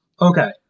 Okay